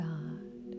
God